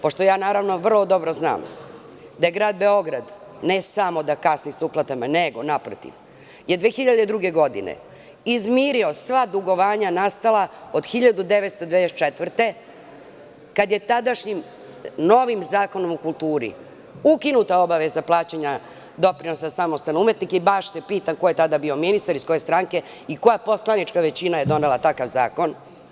Pošto vrlo dobro znam da Grad Beograd ne samo da kasni sa uplatama, nego, naprotiv je 2002. godine je izmirio sva dugovanja nastala od 1994. godine, kad je tadašnjim Zakonom o kulturi ukinuta obaveza plaćanja doprinosa samostalnom umetniku i baš se pitam ko je tada bio ministar iz koje stranke i koja poslanička većina je donela takav zakon.